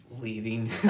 Leaving